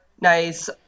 nice